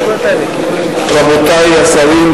רבותי השרים,